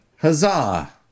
Huzzah